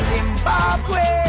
Zimbabwe